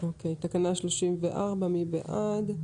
תקנה 34, מי בעד?